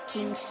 King